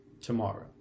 tomorrow